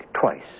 twice